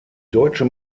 deutsche